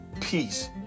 Peace